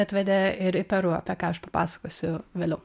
atvedė ir į peru apie ką aš papasakosiu vėliau